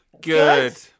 Good